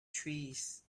trees